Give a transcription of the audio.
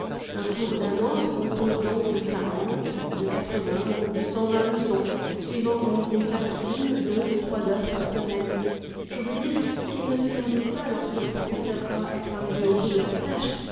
un cours d'un an se compose donc de ou de ou de leçons suivant qu'on y consacre une deux ou trois heures par semaine je veux dire qu'il ne se termine pas lorsque le professeur croit être arrivé au bout de sa tâche